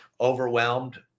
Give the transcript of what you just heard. overwhelmed